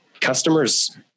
customers